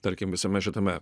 tarkim visame šitame